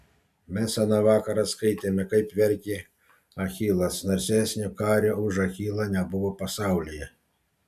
mes aną vakarą skaitėme kaip verkė achilas narsesnio kario už achilą nebuvo pasaulyje